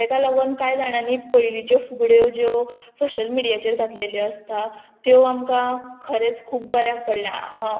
तेका लागोन कांय जाणांनी पयलींच्यो फुगड्यो ज्यो सोशल मिडियाचेर घातलेल्यो आसता त्यो आमकां खरेंच खूब बऱ्याक पडल्या